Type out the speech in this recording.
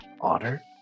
otter